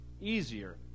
easier